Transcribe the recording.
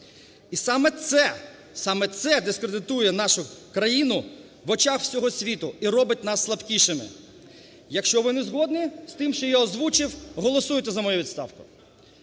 саме це дискредитує нашу країну в очах всього світу і робить нас слабкішими. Якщо ви не згодні з тим, що я озвучив, голосуйте за мою відставку.